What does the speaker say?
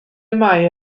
mae